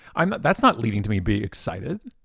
i mean that's not leading to me be excited.